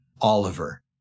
Oliver